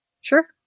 Sure